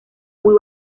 muy